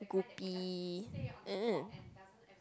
goupy !ee!